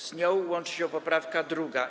Z nią łączy się poprawka 2.